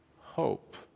hope